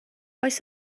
oes